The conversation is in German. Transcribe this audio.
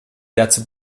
dazu